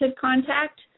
contact